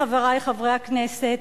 חברי חברי הכנסת,